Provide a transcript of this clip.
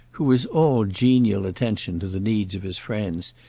who was all genial attention to the needs of his friends,